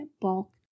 bulk